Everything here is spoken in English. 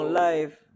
life